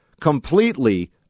completely